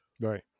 Right